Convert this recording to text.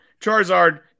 Charizard